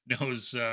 knows